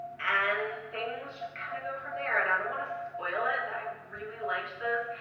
and things just kind of go from there. and i don't want to spoil it but i really liked this.